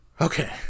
Okay